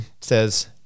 says